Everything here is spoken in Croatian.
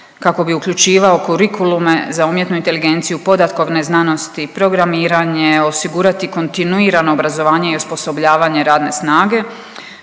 kako bi uključivao kurikulume za umjetnu inteligenciju, podatkovne znanosti, programiranje, osigurati kontinuirano obrazovanje i osposobljavanje radne snage,